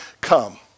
come